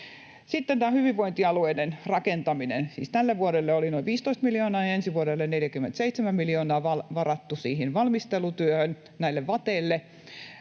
Sitten tämä hyvinvointialueiden rakentaminen. Siis tälle vuodelle oli noin 15 miljoonaa ja ensi vuodelle 47 miljoonaa varattu siihen valmistelutyöhön näille VATEille.